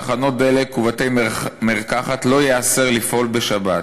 תחנות דלק ובתי-מרקחת לא ייאסר לפעול בשבת.